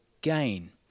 gain